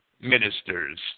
ministers